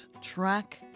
track